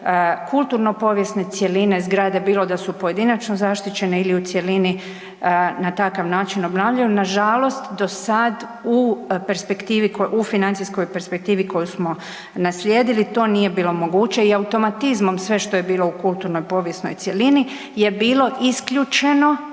kulturno povijesne cjeline zgrade, bilo da su pojedinačno zaštićene ili u cjelini na takav način obnavljaju. Nažalost do sad u perspektivi, u financijskoj perspektivi koju smo naslijedili to nije bilo moguće i automatizmom sve što je bilo u kulturno povijesnoj cjelini je bilo isključeno